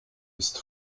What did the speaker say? ist